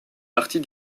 partie